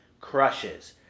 crushes